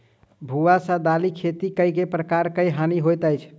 भुआ सँ दालि खेती मे केँ प्रकार केँ हानि होइ अछि?